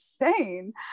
insane